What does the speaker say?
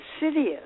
insidious